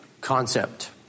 concept